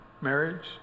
marriage